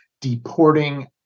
deporting